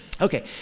Okay